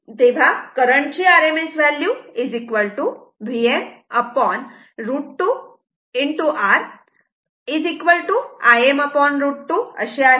तेव्हा करंट ची RMS value Vm√ 2 R Im√ 2 आहे